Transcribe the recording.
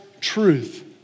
truth